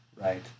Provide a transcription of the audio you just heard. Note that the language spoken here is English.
right